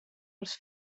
als